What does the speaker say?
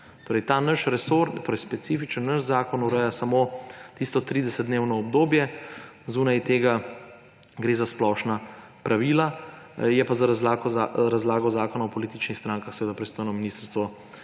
Torej ta naš resor, torej naš specifični zakon ureja samo tisto 30-dnevno obdobje, zunaj tega gre za splošna pravila. Je pa za razlago Zakona o političnih strankah seveda pristojno Ministrstvo